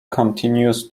continues